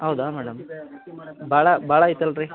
ಹೌದಾ ಮೇಡಮ್ ಭಾಳ ಭಾಳ ಐತಲ್ಲ ರೀ